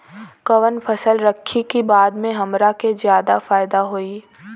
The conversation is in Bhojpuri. कवन फसल रखी कि बाद में हमरा के ज्यादा फायदा होयी?